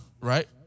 Right